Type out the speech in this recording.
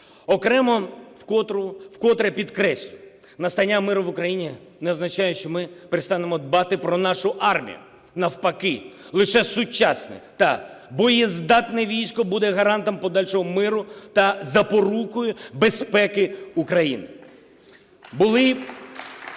Окремо вкотре підкреслюю: настання миру в Україні не означає, що ми перестанемо дбати про нашу армію. Навпаки, лише сучасне та боєздатне військо буде гарантом подальшого миру та запорукою безпеки України.